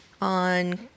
on